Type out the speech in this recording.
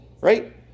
right